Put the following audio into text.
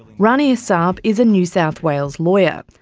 rania saab is a new south wales lawyer.